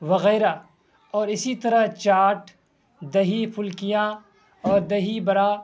وغیرہ اور اسی طرح چاٹ دہی پھلکیاں اور دہی برا